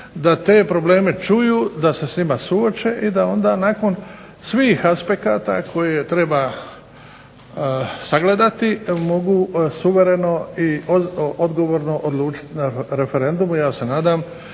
da te probleme čuju, da se s njima suoče i da onda nakon svih aspekata koje treba sagledati mogu suvereno i odgovorno odlučiti na referendumu, ja se nadam.